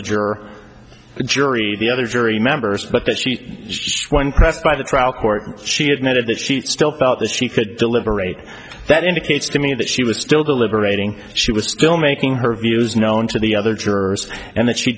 juror the jury the other jury members but that she pressed by the trial court and she admitted that she still felt that she could deliberate that indicates to me that she was still deliberating she was still making her views known to the other jurors and that she